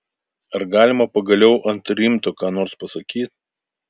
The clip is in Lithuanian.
ar galima pagaliau ant rimto ką nors pasakyt